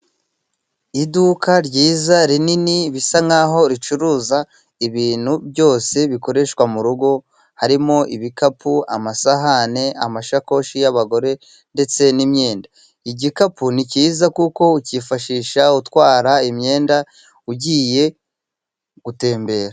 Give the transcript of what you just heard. Iduka ryiza rinini bisa nk'aho ricuruza ibintu byose bikoreshwa mu rugo. Harimo ibikapu, amasahani, amashakoshi y'abagore, ndetse n'imyenda. Igikapu ni cyiza kuko ucyifashisha utwara imyenda ugiye gutembera.